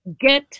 get